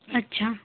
अच्छा